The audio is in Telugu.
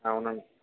అవునండి